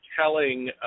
telling